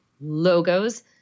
logos